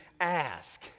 ask